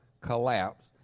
collapse